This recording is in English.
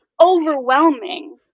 overwhelming